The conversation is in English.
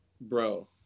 bro